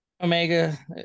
Omega